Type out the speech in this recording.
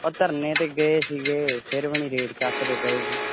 ਓ ਧਰਨੇ 'ਤੇ ਗਏ ਸੀਗੇ ਫਿਰ ਵੀ ਨਹੀਂ ਰੇਟ ਚੱਕਦੇ ਪਏ ਗੇ